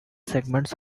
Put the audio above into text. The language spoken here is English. segments